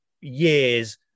years